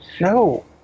no